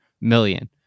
million